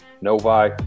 Novi